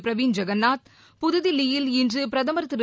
பிரவின் ஐெகநாத் புதுதில்லியில் இன்று பிரதமர் திரு